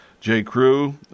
J.Crew